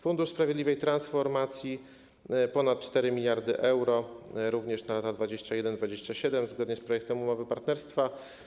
Fundusz Sprawiedliwej Transformacji - ponad 4 mld euro, również na lata 2021-2027, zgodnie z projektem umowy partnerstwa.